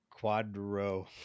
Quadro